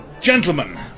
Gentlemen